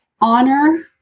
Honor